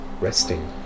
resting